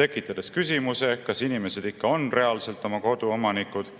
tekitades küsimuse, kas inimesed ikka on reaalselt oma kodu omanikud,